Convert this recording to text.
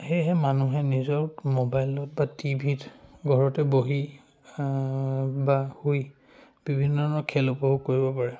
সেয়েহে মানুহে নিজৰ মোবাইলত বা টিভিত ঘৰতে বহি বা শুই বিভিন্ন ধৰণৰ খেল উপভোগ কৰিব পাৰে